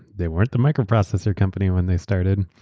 they weren't the microprocessor company when they started,